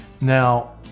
Now